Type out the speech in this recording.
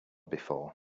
before